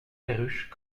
perruche